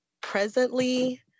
presently